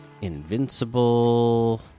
invincible